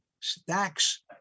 stacks